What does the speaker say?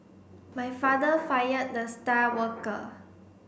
my father fired the star worker